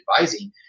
advising